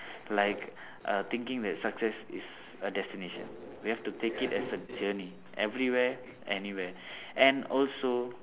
like uh thinking that success is a destination we have to take it as a journey everywhere anywhere and also